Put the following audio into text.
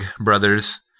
brothers